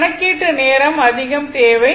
கணக்கீட்டு நேரம் அதிகம் தேவை